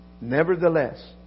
Nevertheless